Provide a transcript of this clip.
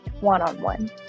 one-on-one